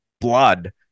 blood